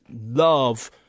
love